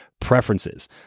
preferences